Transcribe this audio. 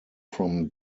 from